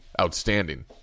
outstanding